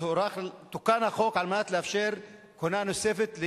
תוקן החוק על מנת לאפשר כהונה נוספת,